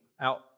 out